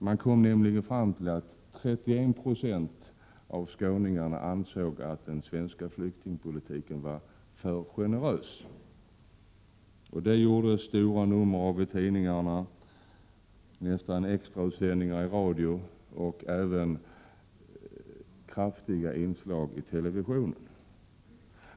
Man hade nämligen kommit fram till att 31 26 av skåningarna ansåg att den svenska flyktingpolitiken var för generös. I tidningarna gjordes det stora nummer av detta. Det förekom nästan extrautsändningar i radio och visades omfattande reportage i televisionen.